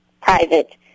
private